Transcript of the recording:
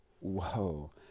whoa